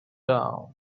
down